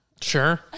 Sure